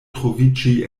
troviĝi